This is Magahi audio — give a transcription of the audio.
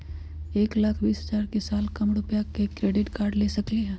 एक लाख बीस हजार के साल कम रुपयावाला भी क्रेडिट कार्ड ले सकली ह?